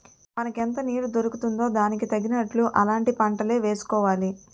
మనకెంత నీరు దొరుకుతుందో దానికి తగినట్లు అలాంటి పంటలే వేసుకోవాలి